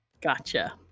gotcha